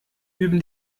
üben